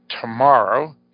tomorrow